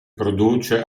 produce